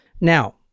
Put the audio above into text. Now